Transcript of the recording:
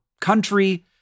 country